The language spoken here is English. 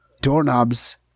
doorknobs